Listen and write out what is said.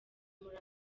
muri